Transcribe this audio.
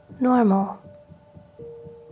normal